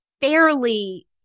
fairly